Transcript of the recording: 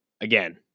again